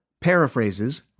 paraphrases